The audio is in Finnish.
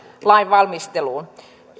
lain valmisteluun